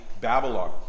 Babylon